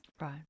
Right